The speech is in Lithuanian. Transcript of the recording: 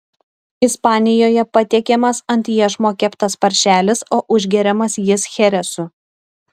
ispanijoje patiekiamas ant iešmo keptas paršelis o užgeriamas jis cheresu